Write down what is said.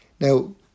now